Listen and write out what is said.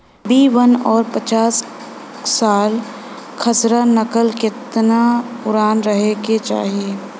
B one और पांचसाला खसरा नकल केतना पुरान रहे के चाहीं?